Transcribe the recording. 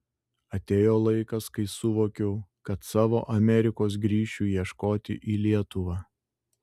atėjo laikas kai suvokiau kad savo amerikos grįšiu ieškoti į lietuvą